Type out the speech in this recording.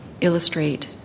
illustrate